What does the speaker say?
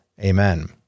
Amen